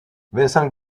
vincent